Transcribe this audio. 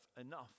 enough